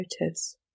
motives